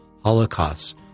holocaust